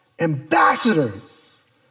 ambassadors